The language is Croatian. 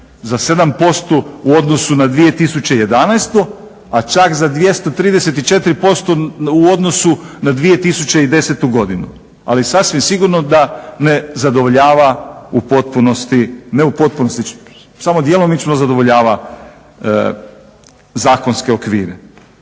za 7% u odnosu na 2011. a čak za 234% u odnosu na 2010. godinu. Ali sasvim sigurno da ne zadovoljava u potpunosti, ne u potpunosti, samo djelomično zadovoljava zakonske okvire.